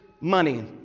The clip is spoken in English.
money